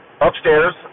upstairs